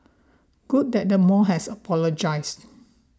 good that the mall has apologised